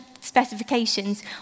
specifications